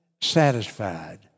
satisfied